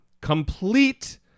Complete